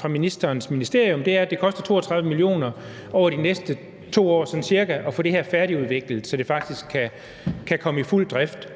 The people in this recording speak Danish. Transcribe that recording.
fra ministerens ministerium er, at det vil koste 32 mio. kr. over de næste ca. 2 år at få det her færdigudviklet, så det faktisk kan komme i fuld drift.